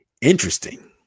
interesting